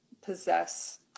possess